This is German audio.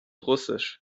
russisch